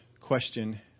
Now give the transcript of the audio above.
question